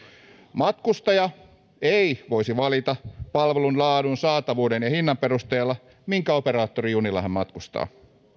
matkustaja ei voisi valita palvelun laadun saatavuuden ja hinnan perusteella minkä operaattorin junilla hän matkustaa